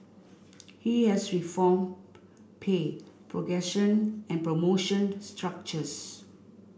he has reformed pay progression and promotion structures